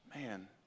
man